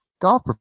golf